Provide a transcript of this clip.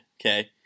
okay